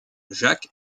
jacques